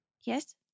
Yes